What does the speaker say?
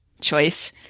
choice